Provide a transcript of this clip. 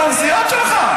את הנסיעות שלך.